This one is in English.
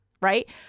right